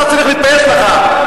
אתה צריך להתבייש לך.